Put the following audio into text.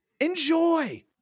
enjoy